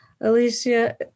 Alicia